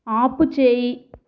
ఆపుచేయి